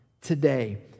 today